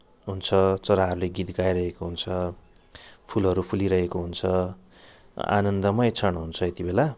हुन्छ चराहरले गीत गाइरहेको हुन्छ फुलहरू फुलिरहेको हुन्छ आनन्दमय क्षण हुन्छ यतिबेला